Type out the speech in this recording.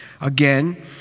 Again